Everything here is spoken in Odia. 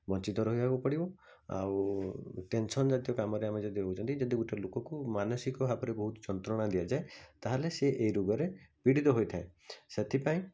ବଞ୍ଚିତ ରହିବାକୁ ପଡ଼ିବ ଆଉ ଟେନସନ୍ ଜାତୀୟ କାମରେ ଆମେ ଯଦି ରହୁଛନ୍ତି ଯଦି ଗୋଟେ ଲୋକକୁ ମାନସିକ ଭାବରେ ବହୁତ ଯନ୍ତ୍ରଣା ଦିଆଯାଏ ତା' ହେଲେ ସିଏ ଏଇ ରୋଗରେ ପୀଡ଼ିତ ହୋଇଥାଏ ସେଥିପାଇଁ